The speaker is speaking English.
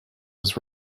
was